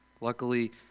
Luckily